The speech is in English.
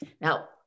Now